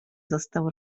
został